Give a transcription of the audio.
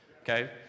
Okay